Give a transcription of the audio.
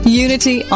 Unity